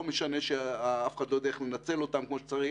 לא משנה שאף אחד לא יודע איך לנצל אותם כמו שצריך,